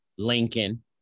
Lincoln